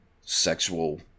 sexual